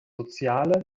soziale